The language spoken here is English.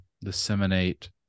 disseminate